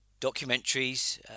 documentaries